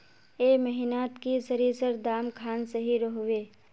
ए महीनात की सरिसर दाम खान सही रोहवे?